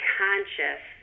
conscious